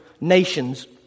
nations